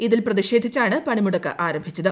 ഇൽ പ്രതിഷേധിച്ചാണ് പണിമുടക്ക് ആരംഭിച്ചത്